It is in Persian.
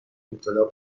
مبتلا